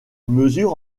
mesure